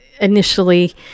initially